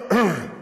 בהמשך לאותם